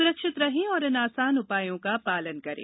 सुरक्षित रहें और इन आसान उपायों का पालन करें